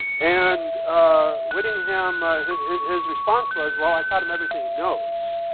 and ah whittingham his response was, well, i taught him everything he knows,